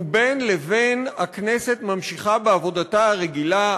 ובין לבין הכנסת ממשיכה בעבודתה הרגילה,